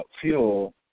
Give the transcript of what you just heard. fuel